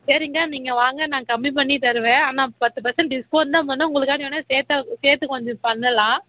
சரிங்க்கா நீங்கள் வாங்க நான் கம்மி பண்ணித்தருவேன் ஆனால் பத்து பர்செண்ட் டிஸ்கவுண்ட் தான் பண்ணுவேன் உங்களுக்காண்டி வேணா சேர்த்தா சேர்த்துக் கொஞ்சம் பண்ணலாம்